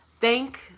Thank